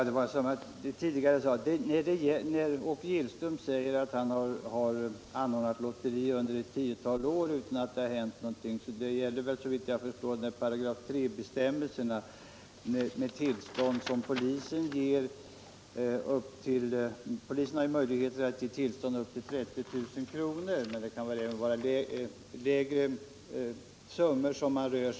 Herr talman! Åke Gillström säger att han har anordnat lotteri ett tiotal år utan att någonting hänt. Det gäller väl lotteri anordnat enligt bestämmelserna i 3 3 lotteriförordningen, där det sägs att polismyndigheten kan ge tillstånd om insatserna uppgår till högst 30 000 kr.